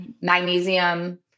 magnesium